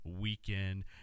Weekend